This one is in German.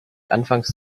anfangs